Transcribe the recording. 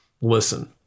listen